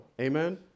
Amen